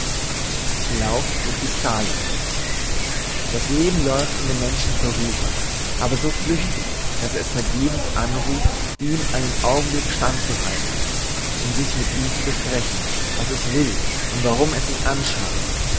lauf durch die skala das leben läuft an dem menschen vorüber aber so flüchtig daß er es vergeblich anruft ihm einen augenblick stand zu halten um sich mit ihm zu besprechen was es will und warum es ihn anschaut